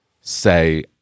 say